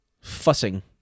Fussing